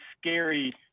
scary